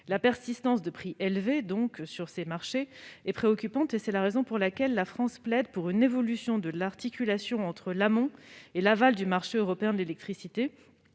La persistance de prix élevés sur ces marchés est préoccupante. C'est la raison pour laquelle la France plaide pour une évolution de l'articulation entre l'amont et l'aval du marché européen de l'électricité,